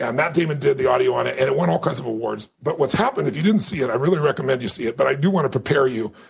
and matt damon did the audio on it, and it won all kinds of awards. but what's happened if you didn't see it, i really recommend you see it. but i do want to prepare you,